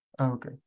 Okay